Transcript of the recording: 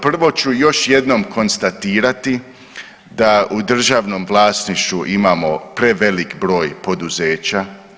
Prvo ću još jednom konstatirati da u državnom vlasništvu imamo prevelik broj poduzeća.